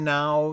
now